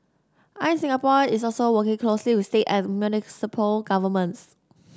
I E Singapore is also working closely with state and municipal governments